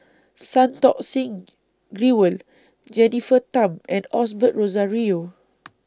Santokh Singh Grewal Jennifer Tham and Osbert Rozario